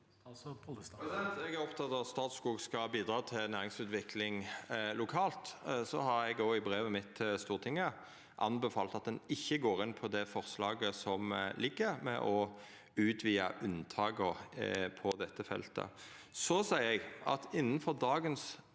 Eg er oppteken av at Statskog skal bidra til næringsutvikling lokalt. Så har eg òg i brevet mitt til Stortinget anbefalt at ein ikkje går inn på det forslaget som ligg føre om å utvida unntak på dette feltet. Eg seier òg at ein